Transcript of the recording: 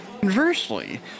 Conversely